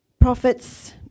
Prophets